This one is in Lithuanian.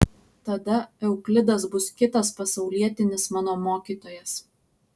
tada euklidas bus kitas pasaulietinis mano mokytojas